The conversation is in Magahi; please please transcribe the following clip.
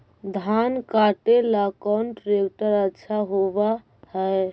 धान कटे ला कौन ट्रैक्टर अच्छा होबा है?